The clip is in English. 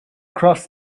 cross